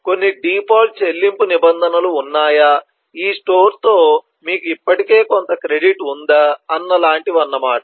మీకు కొన్ని డిఫాల్ట్ చెల్లింపు నిబంధనలు ఉన్నాయా ఈ స్టోర్తో మీకు ఇప్పటికే కొంత క్రెడిట్ ఉందా అన్న లాంటివన్నమాట